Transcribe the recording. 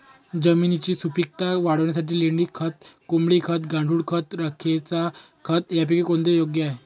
जमिनीची सुपिकता वाढवण्यासाठी लेंडी खत, कोंबडी खत, गांडूळ खत, राखेचे खत यापैकी कोणते योग्य आहे?